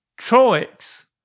Troix